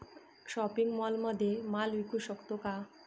Shopping मॉलमध्ये माल विकू शकतो का?